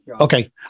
okay